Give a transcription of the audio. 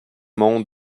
monts